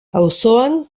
auzoan